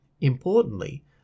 Importantly